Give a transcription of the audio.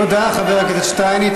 תודה, חבר הכנסת שטייניץ.